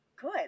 good